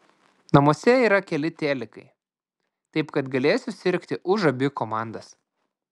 namuose yra keli telikai taip kad galėsiu sirgti už abi komandas